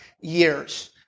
years